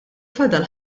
fadal